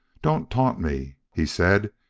don't taunt me, he said.